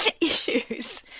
issues